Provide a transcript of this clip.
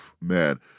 man